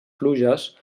pluges